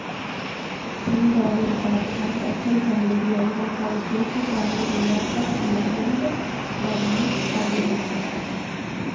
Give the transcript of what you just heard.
दीन दयाल उपाध्याय कौशल ग्रामीण योजना क उद्देश्य ग्रामीण युवा क हुनरमंद बनावल हउवे